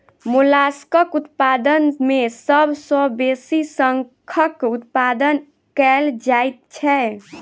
मोलास्कक उत्पादन मे सभ सॅ बेसी शंखक उत्पादन कएल जाइत छै